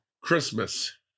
Christmas